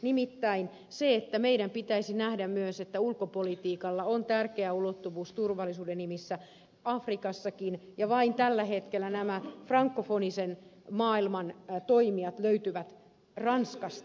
nimittäin sen että meidän pitäisi nähdä myös että ulkopolitiikalla on tärkeä ulottuvuus turvallisuuden nimissä afrikassakin ja tällä hetkellä nämä frankofonisen maailman toimijat löytyvät vain ranskasta